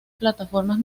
plataformas